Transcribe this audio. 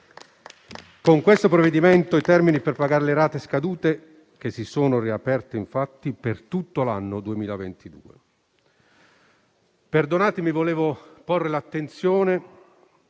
Con questo provvedimento, i termini per pagare le rate scadute si sono riaperti per tutto l'anno 2022. Vorrei porre l'attenzione